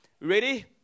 Ready